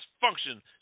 function